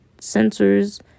sensors